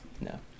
no